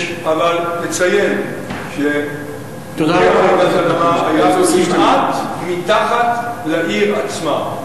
אבל נציין שיש, כמעט מתחת לעיר עצמה.